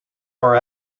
are